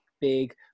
big